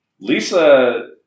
Lisa